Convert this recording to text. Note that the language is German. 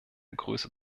größe